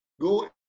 go